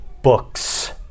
books